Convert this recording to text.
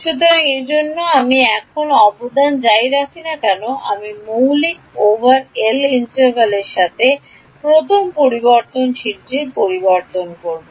সুতরাং এজন্য আমি এখন অবদান যাই রাখি না কেন আমি মৌলিক ওভার এল ইন্টিভ্যালের সাথে প্রথম b পরিবর্তনশীল এটি পরিবর্তন করব